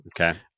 Okay